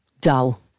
dull